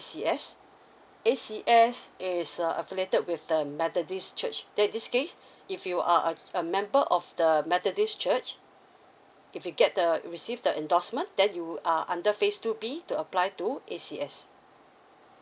A_C_S A_C_S is a affiliated with the methodist church then in this case if you are a a member of the methodist church if you get the received the endorsement then you are phase two B to apply to A_C_S